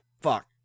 Fuck